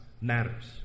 matters